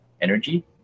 energy